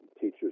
teachers